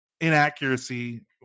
inaccuracy